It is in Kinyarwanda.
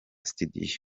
studios